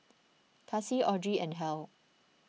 Kaci Audrey and Hal